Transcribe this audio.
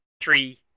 three